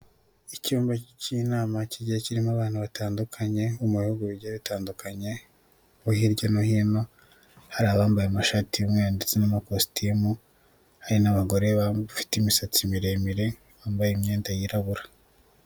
Icyumba k'inama kigiye kirimo abana batandukanye, bo mu bihugu bigiye bitandukanye, bo hirya no hino, hari abambaye amashati y'umweru ndetse n'amakositimu, hari n'abagore bafite imisatsi miremire bambaye imyenda yirabura.